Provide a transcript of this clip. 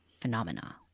phenomena